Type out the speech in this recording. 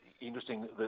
interesting